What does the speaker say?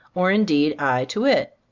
or indeed i to it.